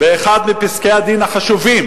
באחד מפסקי-הדין החשובים.